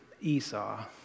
Esau